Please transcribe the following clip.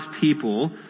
people